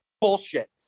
bullshit